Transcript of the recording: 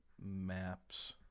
Maps